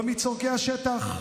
לא מצורכי השטח,